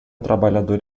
trabalhador